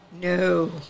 No